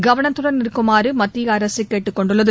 கவனத்துடன் இருக்குமாறு மத்திய அரசு கேட்டுக் கொண்டுள்ளது